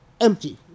empty